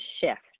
shift